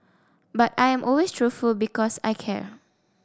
but I am always truthful because I care